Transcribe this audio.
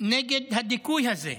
נגד הדיכוי הזה.